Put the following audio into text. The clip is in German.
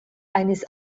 eines